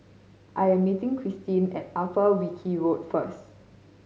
I am meeting Cristin at Upper Wilkie Road first